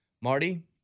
Marty